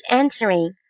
entering